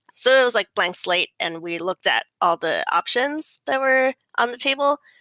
so it was like blank slate and we looked at all the options that were on the table.